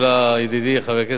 חבר הכנסת מגלי והבה.